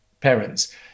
parents